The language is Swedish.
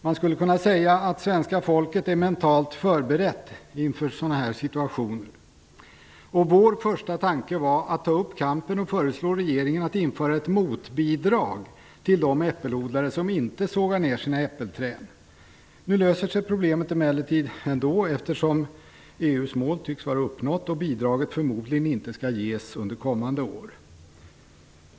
Man skulle kunna säga att svenska folket är mentalt förberett inför sådana här situationer. Vår första tanke var att ta upp kampen och föreslå regeringen att införa ett motbidrag till de äppelodlare som inte sågar ner sina äppelträd. Nu löser sig problemet emellertid ändå, eftersom EU:s mål tycks vara uppnått och bidraget förmodligen inte skall ges under kommande år.